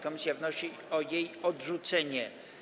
Komisja wnosi o jej odrzucenie.